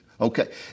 Okay